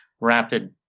rapid